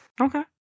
okay